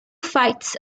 fights